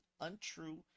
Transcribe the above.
untrue